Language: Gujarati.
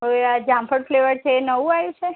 હવે આ જામફળ ફ્લેવર છે એ નવું આયુ છે